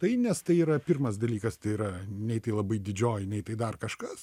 tai nes tai yra pirmas dalykas tai yra nei tai labai didžioji nei tai dar kažkas